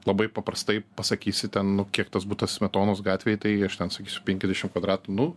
labai paprastai pasakysi ten nu kiek tas butas smetonos gatvėj tai aš ten sakysiu penkiasdešim kvadratų nu